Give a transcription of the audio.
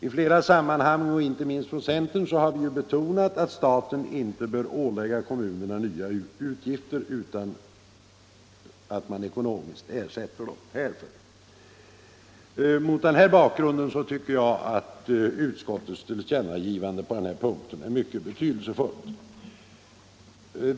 I flera sammanhang har inte minst vi från centern betonat, att staten inte bör ålägga kommunerna nya utgifter utan att ekonomiskt ersätta dem härför. Mot denna bakgrund tycker jag att utskottets tillkännagivande i detta avseende är mycket betydelsefullt.